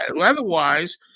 Otherwise